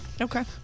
Okay